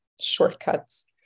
shortcuts